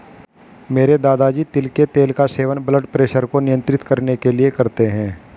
मेरे दादाजी तिल के तेल का सेवन ब्लड प्रेशर को नियंत्रित करने के लिए करते हैं